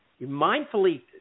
mindfully